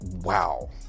wow